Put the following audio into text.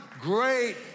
great